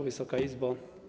Wysoka Izbo!